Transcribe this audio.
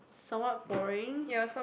somewhat boring